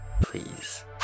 please